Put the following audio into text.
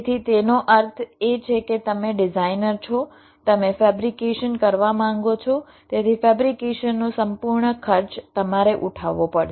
તેથી તેનો અર્થ એ છે કે તમે ડિઝાઇનર છો તમે ફેબ્રિકેશન કરવા માંગો છો તેથી ફેબ્રિકેશનનો સંપૂર્ણ ખર્ચ તમારે ઉઠાવવો પડશે